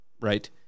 right